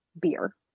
beer